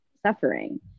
suffering